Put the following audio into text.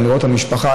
גם לראות את המשפחה,